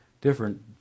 different